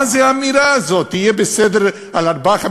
מה זה האמירה הזאת: יהיה בסדר על 4, 5?